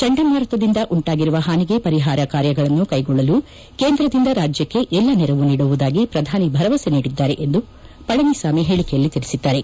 ಚಂಡಮಾರುತದಿಂದ ಉಂಟಾಗಿರುವ ಪಾನಿಗೆ ಪರಿಷಾರ ಕಾರ್ಯಗಳನ್ನು ಕೈಗೊಳ್ಳಲು ಕೇಂದ್ರದಿಂದ ರಾಜ್ಯಕ್ಕೆ ಎಲ್ಲ ನೆರವು ನೀಡುವುದಾಗಿ ಪ್ರಧಾನಿ ಭರವಸೆ ನೀಡಿದ್ದಾರೆ ಎಂದು ಪಳನಿಸಾಮಿ ಪೇಳಿಕೆಯಲ್ಲಿ ತಿಳಿಸಿದ್ದಾರೆ